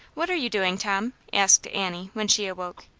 what are you doing, tom asked annie, when she awoke.